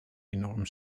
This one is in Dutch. enorm